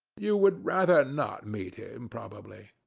you would rather not meet him, probably.